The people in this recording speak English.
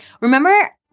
Remember